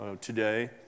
today